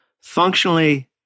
Functionally